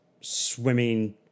swimming